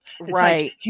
Right